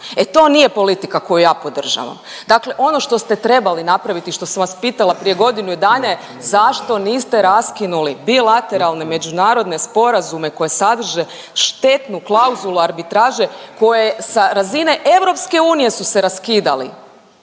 E to nije politika koju ja podržavam. Dakle, ono što ste trebali napraviti i što sam vas pitala prije godinu dana zašto niste raskinuli bilateralne međunarodne sporazume koje sadrže štetu klauzulu arbitraže koje sa razine Europske unije su se raskidali.